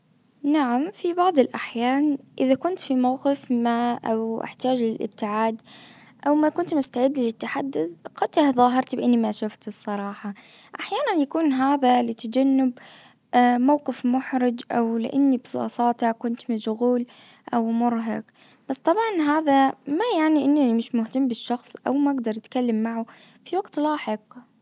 نعم في بعض الاحيان اذا كنت في موقف ما او احتاج للابتعاد او ما كنت مستعد للتحدث قد تظاهرت باني ما شفت الصراحة احيانا يكون هذا لتجنب موقف محرج او لاني ببساطة كنت مشغول او مرهق بس طبعا هذا ما يعني اني مش مهتم بالشخص او ما اجدر اتكلم معه. في وقت لاحق